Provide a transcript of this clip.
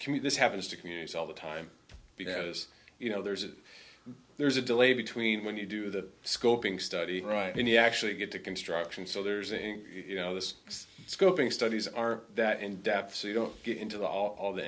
commute this happens to communities all the time because you know there's a there's a delay between when you do the scoping study right when he actually get to construction so there's a you know this scoping studies are that in depth so you don't get into the all the